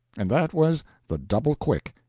and that was the double-quick.